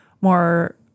more